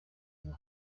ubwo